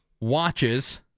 watches